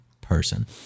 person